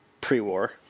pre-war